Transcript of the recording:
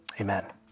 amen